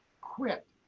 quit